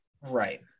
Right